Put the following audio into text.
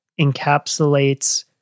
encapsulates